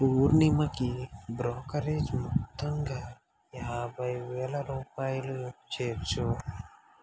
పూర్ణిమకి brokerage మొత్తంగా యాభై వేల రూపాయలు చేర్చు